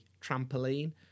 trampoline